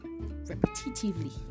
repetitively